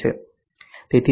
તેથી 3